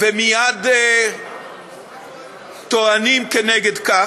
ומייד טוענים כנגד זה,